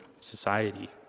society